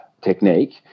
technique